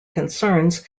concerns